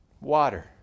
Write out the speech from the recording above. water